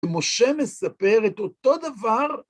משה מספר את אותו דבר